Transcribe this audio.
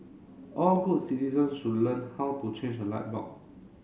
all good citizen should learn how to change a light bulb